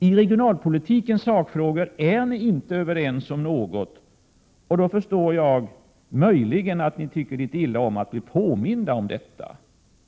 I regionalpolitikens sakfrågor är ni inte överens om någonting, och då förstår jag möjligen att ni tycker litet illa om att bli påminda om detta.